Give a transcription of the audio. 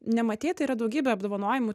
nematei tai yra daugybė apdovanojimų